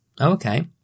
Okay